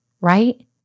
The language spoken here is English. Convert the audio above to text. right